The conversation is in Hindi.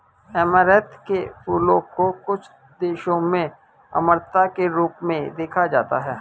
ऐमारैंथ के फूलों को कुछ देशों में अमरता के रूप में देखा जाता है